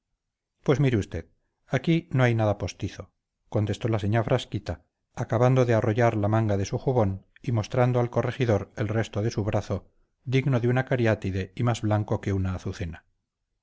pues mire usted aquí no hay nada postizo contestó la señá frasquita acabando de arrollar la manga de su jubón y mostrando al corregidor el resto de su brazo digno de una cariátide y más blanco que una azucena